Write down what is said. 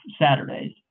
Saturdays